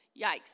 Yikes